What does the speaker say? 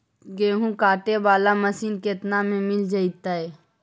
गेहूं काटे बाला मशीन केतना में मिल जइतै?